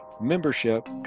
membership